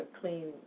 clean